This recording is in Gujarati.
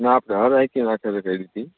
ના આપણે હળ રાખીને હાથે લગાડી હતી